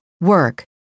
work